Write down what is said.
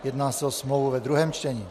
Jedná se o smlouvu ve druhém čtení.